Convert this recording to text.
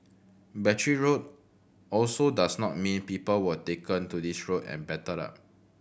Battery Road also does not mean people were taken to this road and battered up